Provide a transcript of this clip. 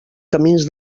camins